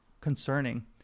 concerning